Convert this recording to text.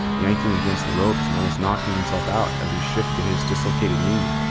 yanking against the ropes and almost knocking himself out as he shifted his dislocated knee.